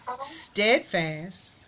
steadfast